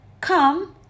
come